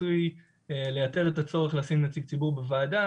עשוי לייתר את הצורך לשים נציג ציבור בוועדה.